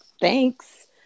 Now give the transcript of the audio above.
thanks